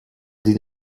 did